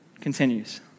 continues